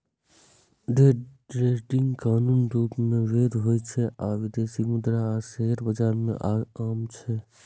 day trading कानूनी रूप सं वैध होइ छै आ विदेशी मुद्रा आ शेयर बाजार मे आम छै